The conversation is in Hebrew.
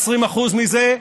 20% מזה,